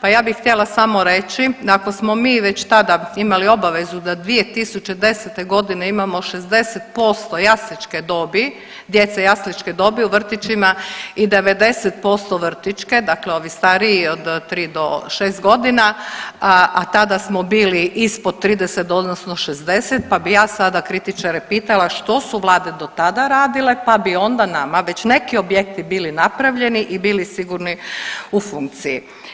pa ja bih htjela samo reći da ako smo mi već tada imali obavezu da 2010.g. imamo 60% jasličke dobi, djece jasličke dobi u vrtićima i 90% vrtićke, dakle ovi stariji od 3 do 6.g., a tada smo bili ispod 30 odnosno 60, pa bi ja sada kritičare pitala što su vlade do tada radile, pa bi onda nama već neki objekti bili napravljeni i bili sigurni u funkciji.